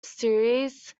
series